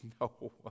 No